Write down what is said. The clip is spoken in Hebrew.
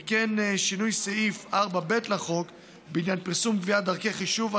וכן שינוי סעיף 4(ב) לחוק בעניין פרסום קביעה של דרכי החישוב של